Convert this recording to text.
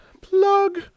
Plug